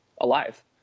alive